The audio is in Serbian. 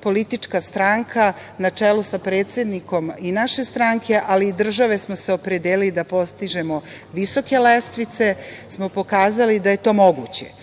politička stranka, na čelu sa predsednikom i naše stranke, ali i države, opredelili da postižemo visoke lestvice, pokazali smo da je to moguće.